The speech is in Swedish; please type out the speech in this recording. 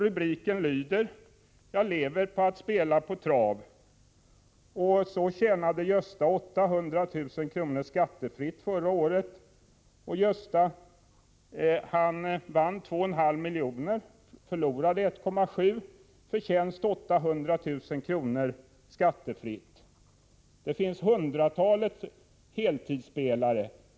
Rubriken lyder: ”Jag lever på att spela på trav.” Gösta vann i fjol 2,5 miljoner, men förlorade 1,7. Förtjänst: 800 000 kr. — skattefritt! ”Det finns hundratalet heltidsspelare.